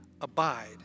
abide